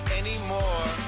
anymore